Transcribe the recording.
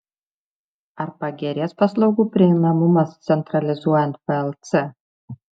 ar pagerės paslaugų prieinamumas centralizuojant plc